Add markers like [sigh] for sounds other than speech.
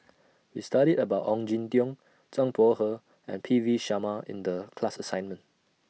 [noise] We studied about Ong Jin Teong Zhang Bohe and P V Sharma in The class assignment